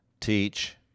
teach